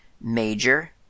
major